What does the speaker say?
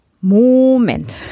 Moment